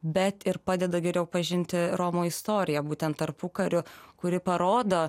bet ir padeda geriau pažinti romų istoriją būtent tarpukariu kuri parodo